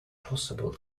possible